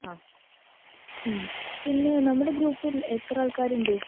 ആ പിന്നെ നമ്മുടെ ഗ്രൂപ്പിൽ എത്ര ആൾക്കാരുണ്ട്